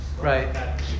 Right